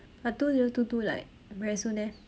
but two zero two two like very soon eh